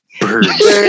Birds